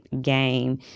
game